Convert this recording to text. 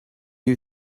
you